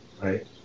Right